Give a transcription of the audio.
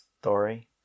story